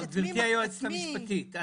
גברתי היועצת המשפטית,